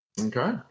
Okay